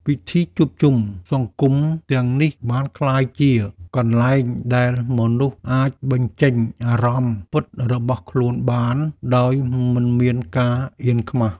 ពិធីជួបជុំសង្គមទាំងនេះបានក្លាយជាកន្លែងដែលមនុស្សអាចបញ្ចេញអារម្មណ៍ពិតរបស់ខ្លួនបានដោយមិនមានការអៀនខ្មាស។